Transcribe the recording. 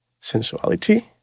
sensuality